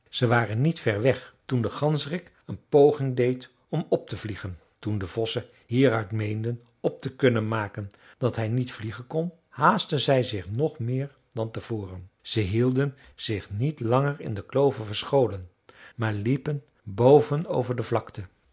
ze waren niet ver weg toen de ganzerik een poging deed om op te vliegen toen de vossen hieruit meenden op te kunnen maken dat hij niet vliegen kon haastten zij zich nog meer dan te voren ze hielden zich niet langer in de kloven verscholen maar liepen boven over de vlakte